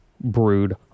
brood